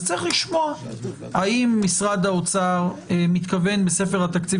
צריך לשמוע האם משרד האוצר מתכוון בספר התקציב